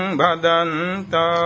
Badanta